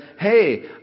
hey